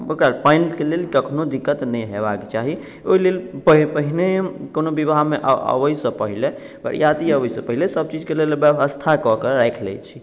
पानि के लेल कखनो दिक्कत नहि होएबाके चाही ओहि लेल पहिने कोनो बिबाह मे अबय से पहिने बरियाती आबय से पहिने सब चीज के लेल व्यवस्था कऽ के राखि लै छी